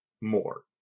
more